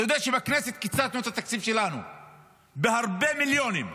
אתה יודע שבכנסת קיצצנו את התקציב שלנו בהרבה מיליונים,